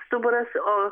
stuburas o